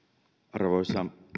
arvoisa